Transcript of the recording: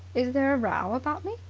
is there a row about me?